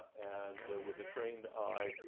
and with a trained eye,